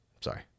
Sorry